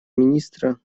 министра